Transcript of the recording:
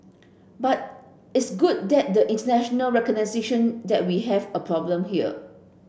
but it's good that there international recognition that we have a problem here